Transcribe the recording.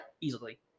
easily